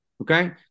Okay